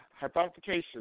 Hypothecation